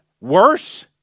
worse